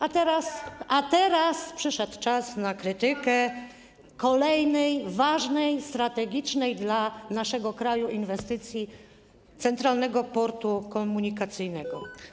a teraz przyszedł czas na krytykę kolejnej ważnej i strategicznej dla naszego kraju inwestycji, czyli Centralnego Portu Komunikacyjnego.